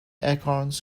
acorns